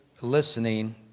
listening